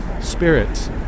Spirits